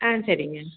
ஆ சரிங்க